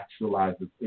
actualizes